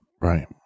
Right